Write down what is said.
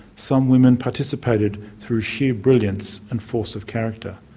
some women participated through sheer brilliance and force of character.